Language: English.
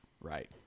right